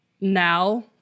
now